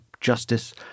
justice